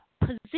position